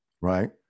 right